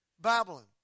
Babylon